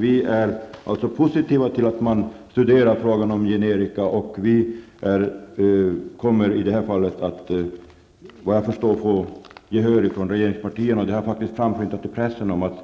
Vi är alltså positiva till att man studerar frågan om generika, och vi kommer enligt vad jag förstår att få gehör för det hos regeringspartierna. Det har faktiskt framskymtat i pressen att